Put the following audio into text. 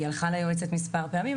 היא הלכה ליועצת מספר פעמים.